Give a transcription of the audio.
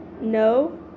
No